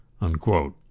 Unquote